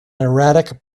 erratic